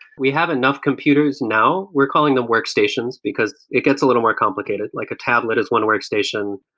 we have enough computers now, we're calling them workstations, because it gets a little more complicated, like a tablet is one workstation,